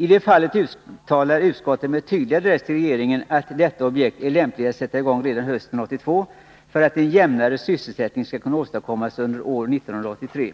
I det fallet uttalar utskottet med tydlig adress till regeringen, att detta objekt är lämpligt att sätta i gång redan hösten 1982 för att en jämnare sysselsättning skall kunna åstadkommas under år 1983.